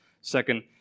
Second